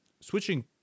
switching